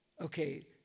okay